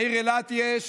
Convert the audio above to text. בעיר אילת יש